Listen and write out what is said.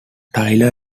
taylor